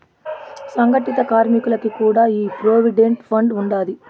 సంగటిత కార్మికులకి కూడా ఈ ప్రోవిడెంట్ ఫండ్ ఉండాది